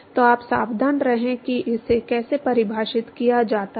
तो आप सावधान रहें कि इसे कैसे परिभाषित किया जाता है